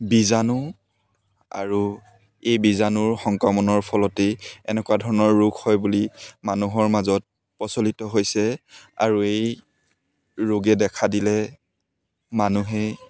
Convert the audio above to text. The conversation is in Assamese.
বীজাণু আৰু এই বীজাণুৰ সংক্ৰমণৰ ফলতেই এনেকুৱা ধৰণৰ ৰোগ হয় বুলি মানুহৰ মাজত প্ৰচলিত হৈছে আৰু এই ৰোগে দেখা দিলে মানুহে